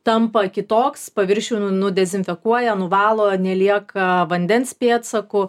tampa kitoks paviršių nudezinfekuoja nuvalo nelieka vandens pėdsakų